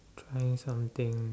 try something